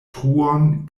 truon